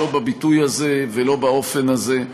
לא בביטוי הזה ולא באופן הזה.